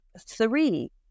three